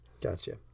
Gotcha